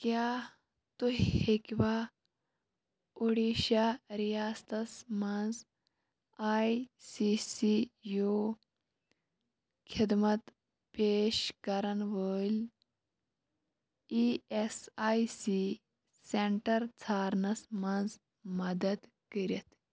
کیٛاہ تُہۍ ہیٚکِوا اوٚڈیٖشَہ رِیاستَس منٛز آی سی سی یوٗ خِدمت پیش کَرَن وٲلۍ E S I C centre ژھارنَس منٛز مدد کٔرِتھ